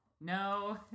No